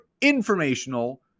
informational